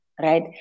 right